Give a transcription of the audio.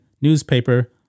newspaper